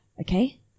okay